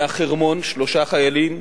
מהחרמון שלושה חיילים